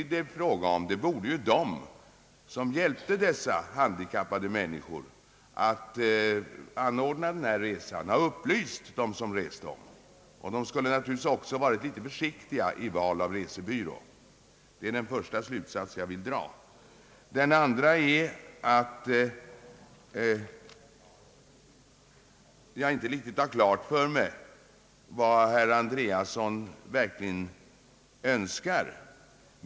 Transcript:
De som hjälpte dessa handikappade människor att anordna resan borde ha upplyst om att lagen endast ger minimiskydd. Dessa människor borde också ha varit försiktiga vid val av resebyrå. Det är den första slutsats jag vill dra. Den andra är att jag inte riktigt har klart för mig vad herr Andreasson verkligen önskar.